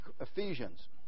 Ephesians